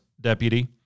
deputy